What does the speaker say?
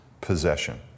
possession